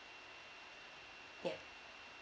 ya